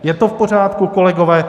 Je to v pořádku, kolegové?